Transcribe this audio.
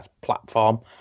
platform